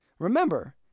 Remember